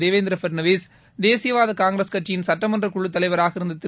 தேவேந்திர பட்னாவிஸ் தேசியவாத காங்கிரஸ் கட்சியின் சுட்டமன்றக் தலைவராக குழுத் இருந்த திரு